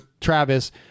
Travis